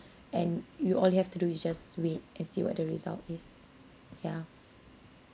and you all have to do is just wait and see what the result is ya